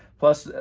plus,